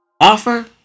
Offer